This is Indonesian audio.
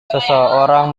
seseorang